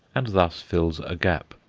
and thus fills a gap.